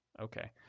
okay